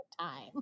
time